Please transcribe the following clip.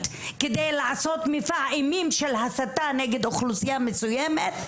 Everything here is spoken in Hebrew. כדי לעשות מופע אימים של הסתה נגד אוכלוסייה מסוימת,